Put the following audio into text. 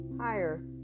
higher